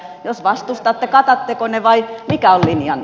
jos vastustatte katatteko ne vai mikä on linjanne